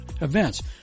events